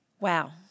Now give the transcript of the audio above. Wow